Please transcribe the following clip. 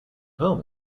home